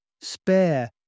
Spare